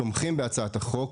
תומכים בהצעת החוק,